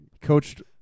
coached